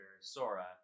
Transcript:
Sora